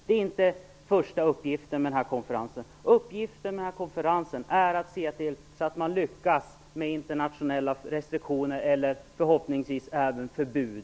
Det är inte den första uppgiften för denna konferens. Uppgiften för konferensen är att se till så att man lyckas med internationella restriktioner och förhoppningsvis även förbud.